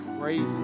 crazy